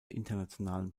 internationalen